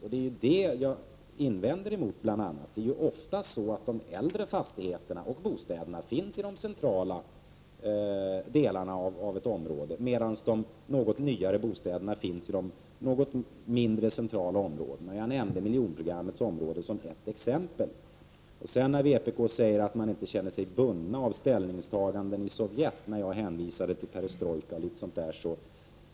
Ja, det är detta jag reagerar mot. De äldre fastigheterna ligger ofta i de centrala delarna i ett område, medan de något nyare bostäderna finns i mindre centrala områden. Jag nämnde miljonprogrammets områden som ett exempel. I vpk säger man att man inte känner sig bunden av ställningstaganden i Sovjet, när jag hänvisade till perestrojkan.